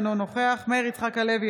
אינו נוכח מאיר יצחק הלוי,